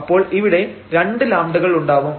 അപ്പോൾ ഇവിടെ രണ്ട് λ കൾ ഉണ്ടാവും